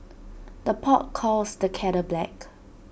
the pot calls the kettle black